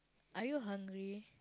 are you hungry